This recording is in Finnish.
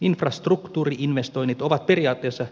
infrastruktuuri investoinnit ovat periaatteessa